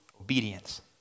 obedience